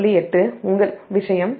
8 உங்கள் விஷயம் 121 சரியானது